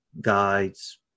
guides